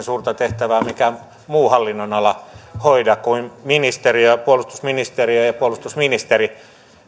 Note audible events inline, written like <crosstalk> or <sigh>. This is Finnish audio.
<unintelligible> suurta tehtävää mikään muu hallinnonala hoida kuin ministeriö puolustusministeriö ja puolustusministeri